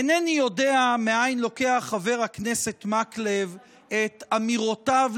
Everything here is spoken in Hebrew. אינני יודע מאין לוקח חבר הכנסת מקלב את אמירותיו,